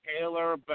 Taylor